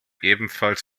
ebenfalls